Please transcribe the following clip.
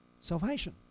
salvation